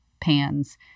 pans